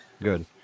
Good